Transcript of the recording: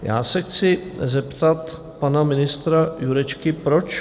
Já se chci zeptat pana ministra Jurečky, proč?